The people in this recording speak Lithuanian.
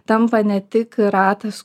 tampa ne tik ratas